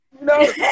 No